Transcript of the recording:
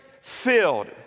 filled